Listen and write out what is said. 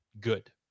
good